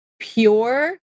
pure